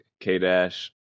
k-dash